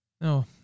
No